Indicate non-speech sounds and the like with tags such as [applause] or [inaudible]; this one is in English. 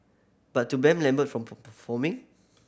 but to ban Lambert from [unintelligible] performing